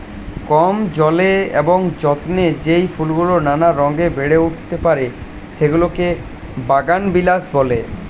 কম জলে এবং যত্নে যেই ফুলগুলো নানা রঙে বেড়ে উঠতে পারে, সেগুলোকে বাগানবিলাস বলে